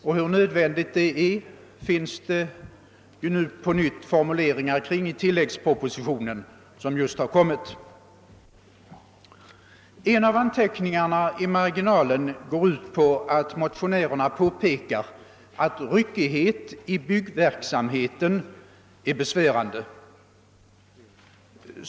För hur nödvändigt detta är finns det på nytt formuleringar i den tilläggsproposition som just har kommit. En av anteckningarna i marginalen går ut på att motionärerna påpekar att ryckigheten i byggverksamheten är besvärande.